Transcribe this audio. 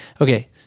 okay